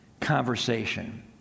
conversation